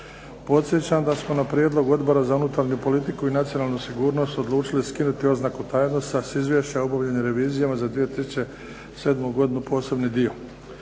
Podsjećam da smo na prijedlog Odbora za unutarnju politiku i nacionalnu sigurnost odlučili skinuti oznaku tajnosti sa Izvješća o obavljenim revizijama za 2007. godinu – posebni dio.